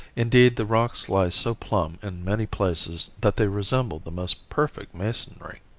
indeed, the rocks lie so plumb in many places that they resemble the most perfect masonry.